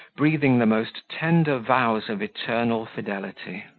breathing the most tender vows of eternal fidelity.